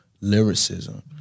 lyricism